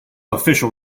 official